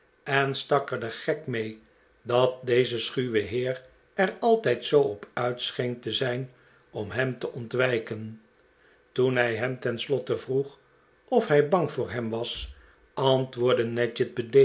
er den gek mee dat deze schiiwe heer er altijd zoo op uit scheen te zijn om hem te ontwijken toen hij hem tenslotte vroeg of hij bang voor hem was antwoordde